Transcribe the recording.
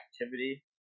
activity